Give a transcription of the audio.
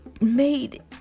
made